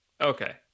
Okay